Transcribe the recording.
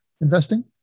investing